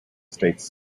states